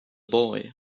boy